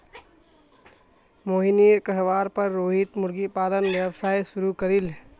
मोहिनीर कहवार पर रोहित मुर्गी पालन व्यवसाय शुरू करील